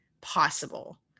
possible